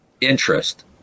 interest